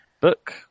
book